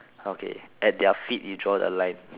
okay at their feet you draw the line